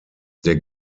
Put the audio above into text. der